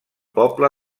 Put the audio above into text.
poble